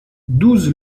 douze